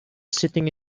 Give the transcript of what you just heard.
sitting